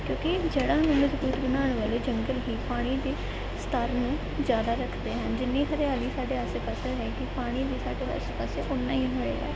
ਕਿਉਂਕਿ ਜਿਹੜਾ ਬਣਾਉਣ ਵਾਲੇ ਜੰਗਲ ਹੀ ਪਾਣੀ ਦੀ ਸਤਰ ਨੂੰ ਜ਼ਿਆਦਾ ਰੱਖਦੇ ਹਨ ਜਿੰਨੀ ਹਰਿਆਲੀ ਸਾਡੇ ਆਸੇ ਪਾਸੇ ਹੈਗੀ ਪਾਣੀ ਵੀ ਸਾਡੇ ਆਸੇ ਪਾਸੇ ਉਨਾ ਹੀ ਹੋਏਗਾ